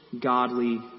godly